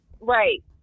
Right